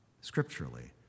scripturally